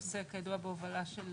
הנושא, כידוע, בהובלה של